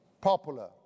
popular